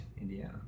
Indiana